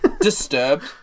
Disturbed